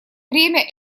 время